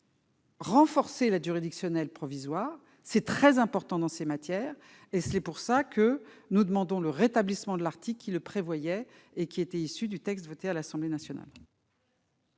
Renforcer l'aide juridictionnelle provisoire, c'est très important dans ces matières, et c'est pour ça que nous demandons le rétablissement de l'Arctique qu'il le prévoyait et qui était issu du texte voté à l'Assemblée nationale.